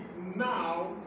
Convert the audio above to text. now